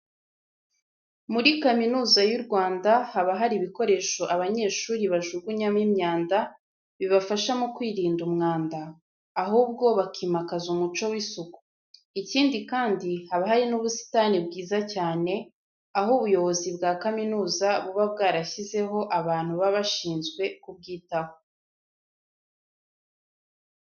Muri Kaminuza y'u Rwanda haba hari ibikoresho abanyeshuri bajugunyamo imyanda bibafasha mu kwirinda umwanda, ahubwo bakimakaza umuco w'isuku. Ikindi kandi, haba hari n'ubusitani bwiza cyane, aho ubuyobozi bwa kaminuza buba bwarashyizeho abantu baba bashinzwe ku bwitaho.